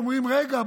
אומרים: רגע,